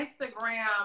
Instagram